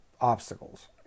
obstacles